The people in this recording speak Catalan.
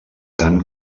tan